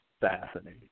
fascinating